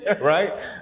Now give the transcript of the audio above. right